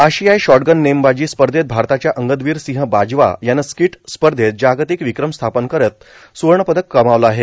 आशियाई शॉटगन नेमबाजी स्पर्धेत भारताच्या अंगदवीर सिंह बाजवा यानं स्किट स्पर्धेत जागतिक विक्रम स्थापन करत सुवर्ण पदक कमावलं आहे